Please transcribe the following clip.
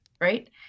Right